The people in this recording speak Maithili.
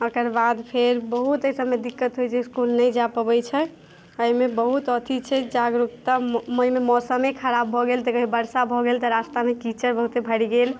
ओकर बाद फेर बहुत एहिसबमे दिक्कत होइ छै इसकुल नहि जा पबै छै एहिमे बहुत अथी छै जागरूकता मौसमे खराब भऽ गेल तऽ कहिओ बरसा भऽ गेल तऽ रास्तामे कीचड़ बहुते भरि गेल